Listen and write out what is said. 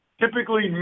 typically